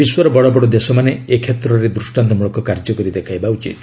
ବିଶ୍ୱର ବଡ଼ବଡ଼ ଦେଶମାନେ ଏ କ୍ଷେତ୍ରରେ ଦୃଷ୍ଟାନ୍ତମଳକ କାର୍ଯ୍ୟକରି ଦେଖାଇବା ଉଚିତ୍